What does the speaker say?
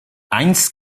einst